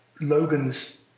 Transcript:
Logan's